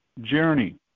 journey